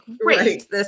great